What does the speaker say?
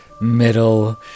middle